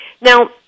Now